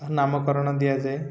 ନାମକରଣ ଦିଆଯାଏ